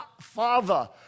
Father